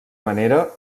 manera